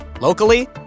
locally